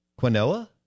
quinoa